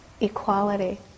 equality